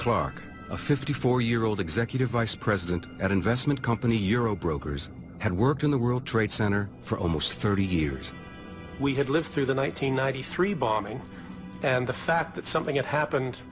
clark a fifty four year old executive vice president at investment company euro brokers had worked in the world trade center for almost thirty years we lived through the one nine hundred ninety three bombing and the fact that something had happened